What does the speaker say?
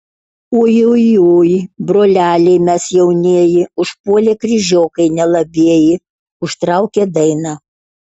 ui ui ui broleliai mes jaunieji užpuolė kryžiokai nelabieji užtraukė dainą